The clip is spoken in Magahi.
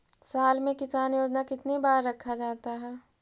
साल में किसान योजना कितनी बार रखा जाता है?